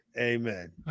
Amen